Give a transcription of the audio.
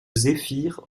zéphyr